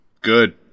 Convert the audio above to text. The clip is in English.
Good